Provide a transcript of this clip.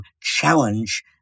challenge